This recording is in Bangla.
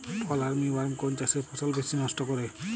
ফল আর্মি ওয়ার্ম কোন চাষের ফসল বেশি নষ্ট করে?